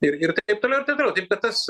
ir ir taip toliau ir taip toliau taip kad tas